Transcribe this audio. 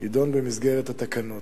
יידון במסגרת התקנות.